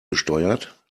besteuert